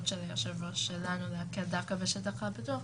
של היושב-ראש שלנו להקל דווקא בשטח הפתוח.